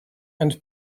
and